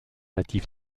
natif